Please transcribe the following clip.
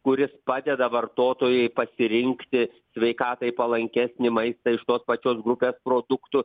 kuris padeda vartotojui pasirinkti sveikatai palankesnį maistą iš tos pačios grupės produktų